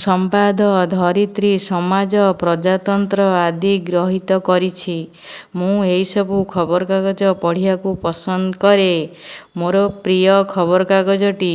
ସମ୍ବାଦ ଧରିତ୍ରୀ ସମାଜ ପ୍ରଜାତନ୍ତ୍ର ଆଦି ଗ୍ରହୀତ କରିଛି ମୁଁ ଏହିସବୁ ଖବରକାଗଜ ପଢ଼ିବାକୁ ପସନ୍ଦ କରେ ମୋର ପ୍ରିୟ ଖବରକାଗଜଟି